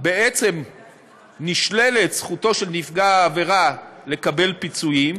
בעצם נשללת זכותו של נפגע העבירה לקבל פיצויים,